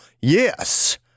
yes